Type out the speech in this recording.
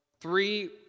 three